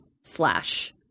slash